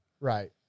Right